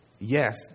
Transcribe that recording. yes